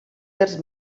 dels